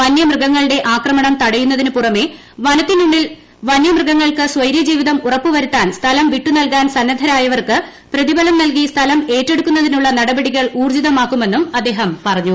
വന്യമൃഗങ്ങളുടെ ആക്രമണം തടയുന്നതിന് പുറമേ വനത്തിനുളളിൽ വന്യമൃഗങ്ങൾക്ക് സ്വൈര ജീവിതം ഉറപ്പു വരുത്താൻ സ്ഥലം വിട്ടുനൽകാൻ സന്നദ്ധരായവർക്ക് പ്രതിഫലം നൽകി സ്ഥലം ഏറ്റെടുക്കുന്നതിനുള്ള നടപടികൾ ഊർജ്ജിതമാക്കുമെന്നും അദ്ദേഹം പറഞ്ഞു